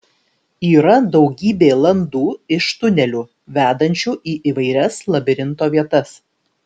yra daugybė landų iš tunelių vedančių į įvairias labirinto vietas